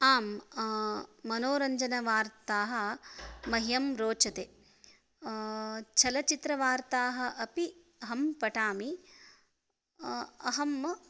आम् मनोरञ्जनवार्ताः मह्यं रोचते चलचित्रवार्ताः अपि अहं पठामि अहम्